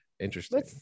interesting